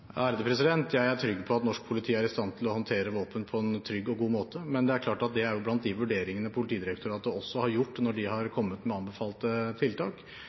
Jeg er trygg på at norsk politi er i stand til å håndtere våpen på en trygg og god måte, men det er klart at det er blant de vurderingene Politidirektoratet også har gjort når de har kommet med anbefalte tiltak.